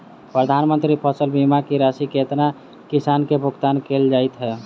प्रधानमंत्री फसल बीमा की राशि केतना किसान केँ भुगतान केल जाइत है?